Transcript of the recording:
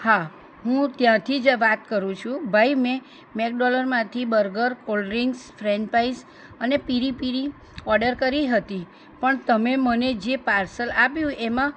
હા હું ત્યાંથી જ વાત કરું છું ભાઈ મેં મેકડોનલરમાંથી બર્ગર કોલ્ડ્રીંકસ ફ્રેંચ પાઇસ અને પિરિ પિરિ ઓર્ડર કરી હતી પણ તમે મને જે પાર્સલ આપ્યું એમાં